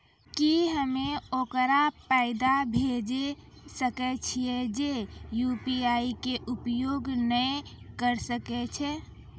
की हम्मय ओकरा पैसा भेजै सकय छियै जे यु.पी.आई के उपयोग नए करे छै?